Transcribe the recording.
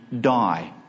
die